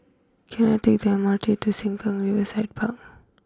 can I take the M R T to Sengkang Riverside Park